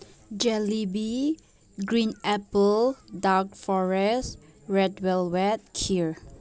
jelly bean green apple dark forest red velvet kheer